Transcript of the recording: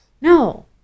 No